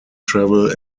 travel